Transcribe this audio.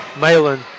Malin